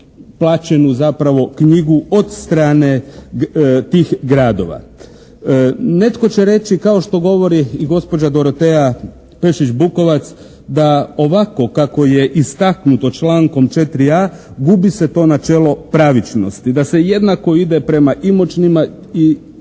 plaćenu zapravo knjigu od strane tih gradova. Netko će reći kao što govori i gospođa Dorotea Pešić Bukovac da ovako kako je istaknuto člankom 4.a gubi se to načelo pravičnosti, da se jednako ide prema imućnima i